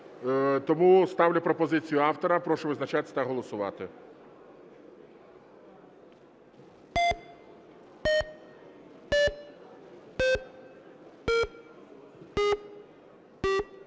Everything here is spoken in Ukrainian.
тому ставлю пропозицію автора. Прошу визначатись та голосувати.